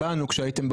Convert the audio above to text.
המחייה.